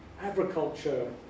agriculture